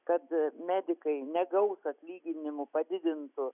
kad medikai negaus atlyginimų padidintų